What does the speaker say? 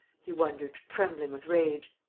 he wondered, trembling with rage.